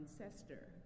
ancestor